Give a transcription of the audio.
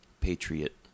Patriot